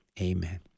Amen